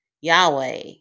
Yahweh